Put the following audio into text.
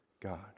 God